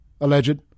alleged